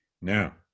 Now